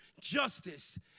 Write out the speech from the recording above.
justice